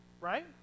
Right